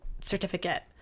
certificate